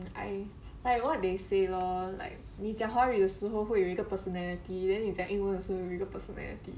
I like what they say lor like 你讲华语的时候会有一个 personality then 你讲英文的时候有一个 personality